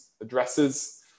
addresses